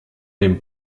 dem